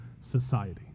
society